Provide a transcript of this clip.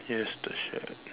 yes the shed